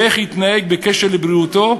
ואיך יתנהג בקשר לבריאותו,